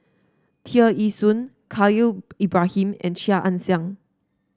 Tear Ee Soon Khalil Ibrahim and Chia Ann Siang